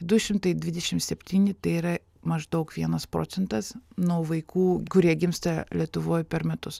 du šimtai dvidešimt septyni tai yra maždaug vienas procentas nuo vaikų kurie gimsta lietuvoj per metus